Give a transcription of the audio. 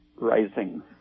rising